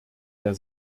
der